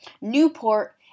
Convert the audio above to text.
Newport